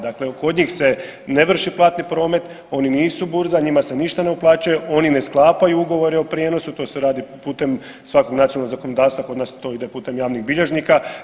Dakle, kod njih se ne vrši platni promet, oni nisu burza, njima se ništa ne uplaćuje, oni ne sklapaju ugovore o prijenosu, to se radi putem svakog nacionalnog zakonodavstva, kod nas to ide putem javnih bilježnika.